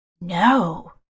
no